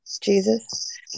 Jesus